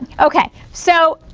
okay, so